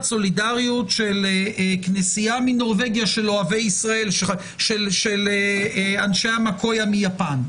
סולידריות של כנסייה מנורבגיה של אוהבי שישראל של אנשי המקויה מיפן.